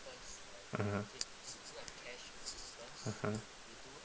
mmhmm mmhmm